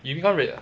you become red ah